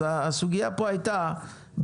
אז הסוגיה פה הייתה,